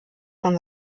von